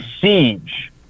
siege